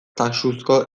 taxuzko